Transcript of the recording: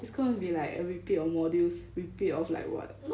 it's gonna be like a repeat of modules repeat of like what